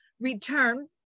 return